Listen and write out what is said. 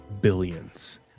billions